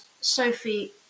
Sophie